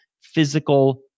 physical